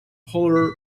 polar